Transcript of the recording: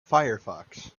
firefox